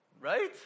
Right